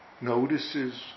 notices